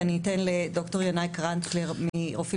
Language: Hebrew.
אני אתן לד"ר ינאי קרנצלר מרופאים